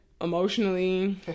emotionally